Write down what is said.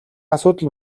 асуудал